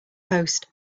post